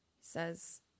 says